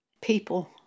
People